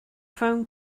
phone